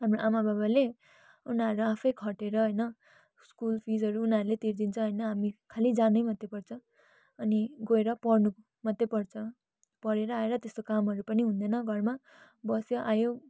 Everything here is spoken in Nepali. हाम्रो आमाबाबाले उनीहरू आफै खटेर होइन स्कुल फिसहरू उनीहरूले तिरिदिन्छ होइन हामी खालि जानै मात्रै पर्छ अनि गएर पढ्नु मात्रै पर्छ पढेर आएर त्यस्तो कामहरू पनि हुँदैन घरमा बस्यो आयो